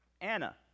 Anna